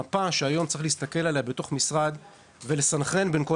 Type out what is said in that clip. המפה שצריך להסתכל עליה היום בתוך משרד ולסנכרן בין כל